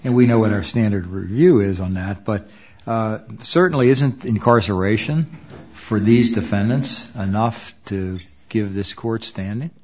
and we know what our standard review is on that but certainly isn't incarceration for these defendants enough to give this court stand i